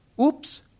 oops